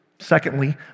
Secondly